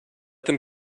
them